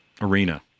arena